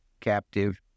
captive